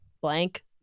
Blank